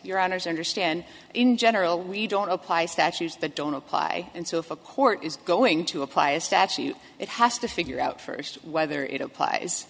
your honour's understand in general we don't apply statutes that don't apply and so if a court is going to apply a statute it has to figure out first whether it applies